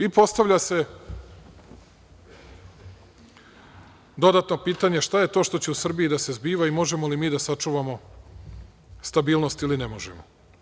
I, postavlja se dodatno pitanje – šta je to što će u Srbiji da se zbiva i možemo li mi da sačuvamo stabilnost ili ne možemo?